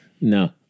no